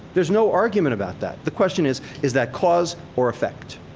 there's no argument about that. the question is, is that cause or effect?